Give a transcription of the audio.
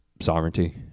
sovereignty